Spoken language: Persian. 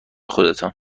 خودتان